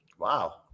Wow